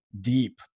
deep